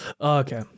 Okay